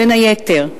בין היתר,